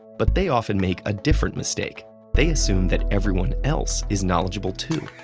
but they often make a different mistake they assume that everyone else is knowledgeable, too.